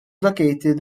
located